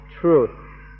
truth